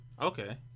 Okay